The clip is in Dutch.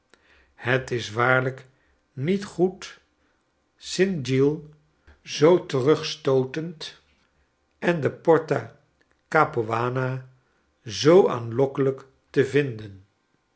het u waarlijk niet goed sint giles zoo terugstootend en de porta capua na zoo aanlokkeiljk te vinden